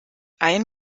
ein